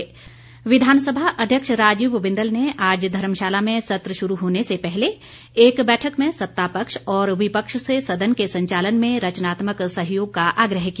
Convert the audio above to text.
बिंदल बैठक विधानसभा अध्यक्ष राजीव बिंदल ने आज धर्मशाला में सत्र शुरू होने से पहले एक बैठक में सत्तापक्ष और विपक्ष से सदन के संचालन में रचनात्मक सहयोग का आग्रह किया